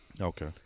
Okay